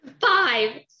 Five